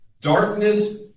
Darkness